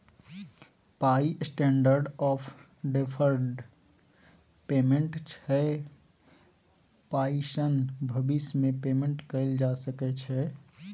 पाइ standard of deferred payment छै पाइसँ भबिस मे पेमेंट कएल जा सकै छै